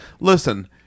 Listen